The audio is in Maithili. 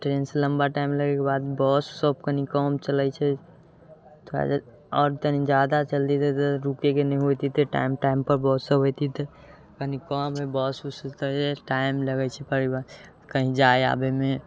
ट्रेनसँ लंबा टाइम लगयके बाद बससभ कनि कम चलैत छै थोड़ा जे आओर तनि ज्यादा चलती तऽ रुकयके न होइती तऽ टाइम टाइमपर बससभ होयती तऽ कनि कम हइ बस उस तऽ जे टाइम लगैत छै परिवहन कहीँ जाय आबयमे